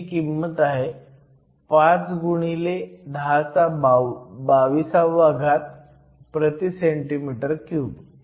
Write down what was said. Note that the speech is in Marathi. ज्याची किंमत आहे 5 x 1022 cm 3